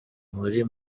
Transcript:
muri